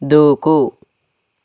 దూకు